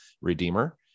Redeemer